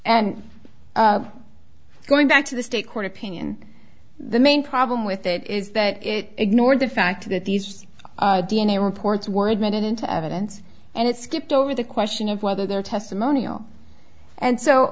and going back to the state court opinion the main problem with that is that it ignored the fact that these d n a reports were admitted into evidence and it skipped over the question of whether there testimonial and so